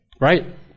right